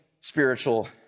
spiritual